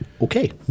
Okay